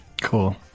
Cool